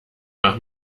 nach